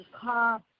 car